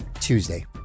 Tuesday